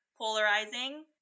polarizing